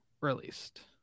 released